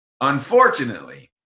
unfortunately